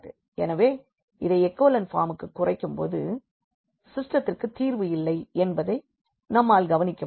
எனவே இதை எகோலன் பார்முக்கு குறைக்கும்போது சிஸ்டெத்திற்கு தீர்வு இல்லை என்பதை நம்மால் கவனிக்க முடியும்